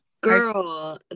girl